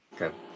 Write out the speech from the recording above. okay